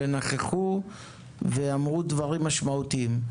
נכחו ואמרו דברים משמעותיים.